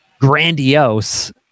grandiose